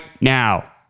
now